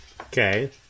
Okay